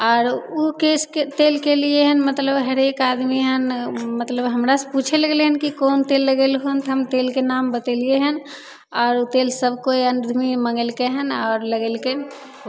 आरो उ केसके तेलके लिए हैन मतलब हरेक आदमी एहन मतलब हमरासँ पुछल गेलय हन कि कोन तेल लगेलोहन तऽ हम तेलके नाम बतेलियै हन आरो तेल सभकोइ आदमी मँगेलकय हन आर लगेलकै